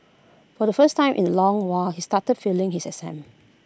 for the first time in A long while he started failing his